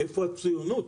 איפה הציונות?